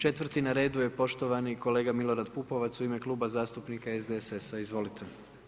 Četvrti na redu je poštovani kolega Milorad Pupovac u ime Kluba zastupnika SDSS-a, izvolite.